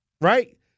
right